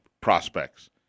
prospects